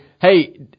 hey